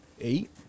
Eight